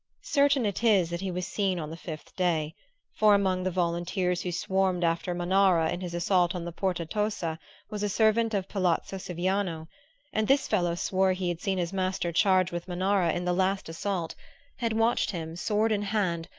certain it is that he was seen on the fifth day for among the volunteers who swarmed after manara in his assault on the porta tosa was a servant of palazzo siviano and this fellow swore he had seen his master charge with manara in the last assault had watched him, sword in hand,